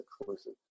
exclusive